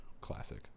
classic